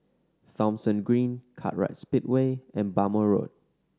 Thomson Green Kartright Speedway and Bhamo Road